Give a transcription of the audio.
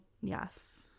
Yes